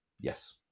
yes